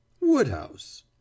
Woodhouse